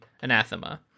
Anathema